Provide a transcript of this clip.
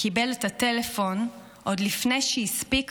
קיבל את הטלפון עוד לפני שהספיק